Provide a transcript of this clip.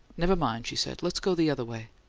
never mind, she said. let's go the other way.